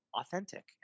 Authentic